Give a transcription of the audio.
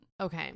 okay